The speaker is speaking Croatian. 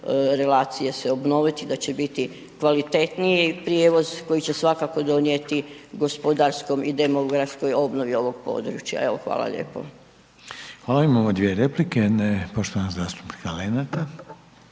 relacije se obnoviti i da će biti kvalitetniji prijevoz koji će svakako donijeti gospodarskom i demografskoj obnovi ovog područja. Evo hvala lijepo. **Reiner, Željko (HDZ)** Hvala, imamo dvije replike, jedna je poštovanog zastupnika Lenarta.